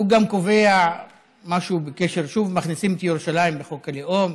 הוא גם קובע משהו: שוב מכניסים את ירושלים בחוק הלאום: